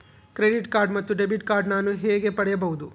Credit card ಮತ್ತು debit card ನಾನು ಹೇಗೆ ಪಡೆಯಬಹುದು?